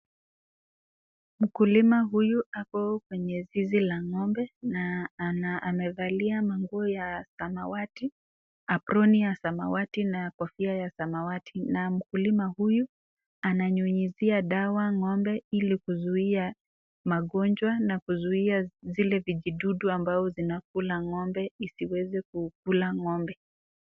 Mkulima huyu ako kwenye zizi la ng'ombe na amevalia manguo ya samawati, aproni ya samawati na kofia ya samawati na mkulima huyu ananyunyizia dawa ng'ombe ili kuzuia magonjwa na kuzuia zile vijidudu ambao zinakula ng'ombe isiweza kukula ng'ombe.